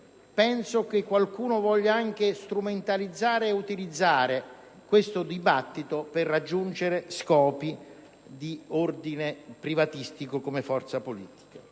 invece qualcuno voglia strumentalizzare questo dibattito per raggiungere scopi di ordine privatistico come forza politica.